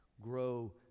grow